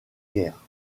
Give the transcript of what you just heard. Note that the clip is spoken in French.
guère